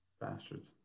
Bastards